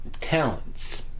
talents